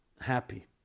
happy